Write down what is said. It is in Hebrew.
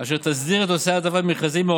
אשר תסדיר את נושא ההעדפה במכרזים,